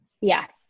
Yes